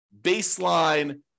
baseline